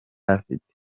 afite